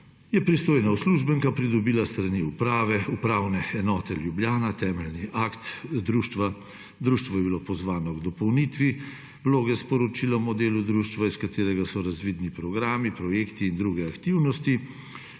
je pristojna uslužbenka pridobila s strani Upravne enote Ljubljana temeljni akt društva. Društvo je bilo pozvano k dopolnitvi vloge s poročilom o delu društva, iz katerega so razvidni programi, projekti in druge aktivnosti.